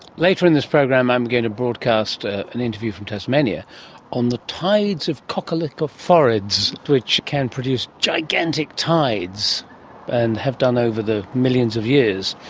later in this program i'm going to broadcast an interview from tasmania on the tides of coccolithophorids which can produce gigantic tides and have done over the millions of years.